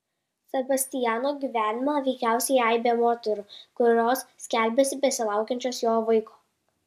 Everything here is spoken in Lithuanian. sebastiano gyvenime veikiausiai aibė moterų kurios skelbiasi besilaukiančios jo vaiko